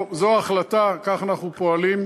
טוב, זו ההחלטה, כך אנחנו פועלים.